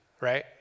Right